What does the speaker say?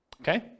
Okay